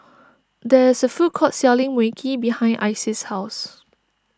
there is a food court selling Mui Kee behind Isis' house